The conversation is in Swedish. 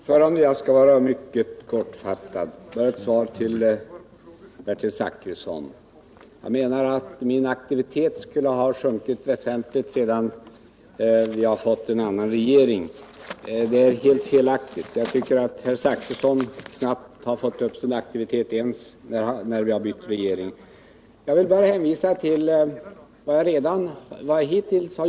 Herr talman! Jag skall vara mycket kortfattad och bara ge ett svar, till Bertil Zachrisson. Han menar att min aktivitet skulle ha sjunkit väsentligt sedan vi fått en annan regering. Det är helt felaktigt. Man kan däremot undra om herr Zachrissons aktivitet har förändrats sedan vi fick en ny regering. Jag vill bara hänvisa till vad jag hittills har gjort på detta område.